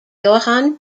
johann